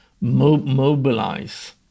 mobilize